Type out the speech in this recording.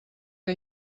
que